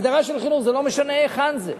הגדרה של חינוך, זה לא משנה היכן זה.